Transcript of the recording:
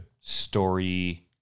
story